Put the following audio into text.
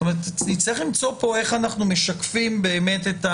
נצטרך למצוא כאן איך אנחנו משקפים באמת.